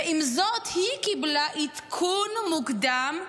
ועם זאת, היא קיבלה עדכון מוקדם,